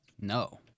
No